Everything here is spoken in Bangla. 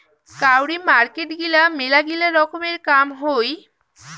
কাউরি মার্কেট গিলা মেলাগিলা রকমের কাম হই